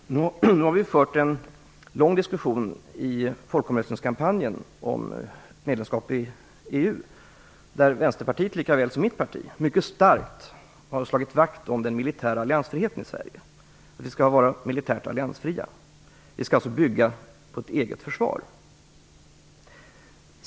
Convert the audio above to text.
Nu har vi fört en lång diskussion i folkomröstningskampanjen om medlemskap i EU, och där har Vänsterpartiet, lika väl som mitt parti, mycket starkt slagit vakt om den militära alliansfriheten i Sverige. Vi skall alltså vara militärt alliansfria och bygga på ett eget försvar.